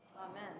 Amen